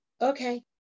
okay